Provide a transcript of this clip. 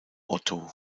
otto